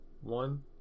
one